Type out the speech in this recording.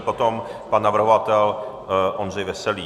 Potom pan navrhovatel Ondřej Veselý.